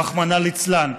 רחמנא ליצלן.